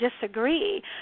disagree